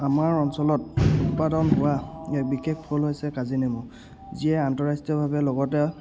আমাৰ অঞ্চলত উৎপাদন হোৱা এক বিশেষ ফল হৈছে কাজিনেমু যিয়ে আন্তঃৰাষ্ট্ৰীয়ভাৱে লগতে